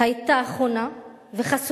היתה חונה וחסומה,